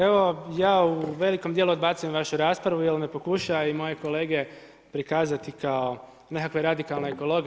Evo, ja u velikom dijelu odbacujem vašu raspravu jer me pokušava i moje kolege prikazati kao nekakve radikalne ekologe.